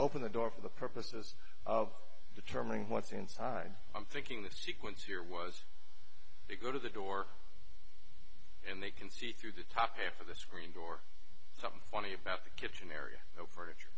open the door for the purposes of determining what's inside i'm thinking the sequence here was to go to the door and they can see through the top half of the screen door something funny about the kitchen area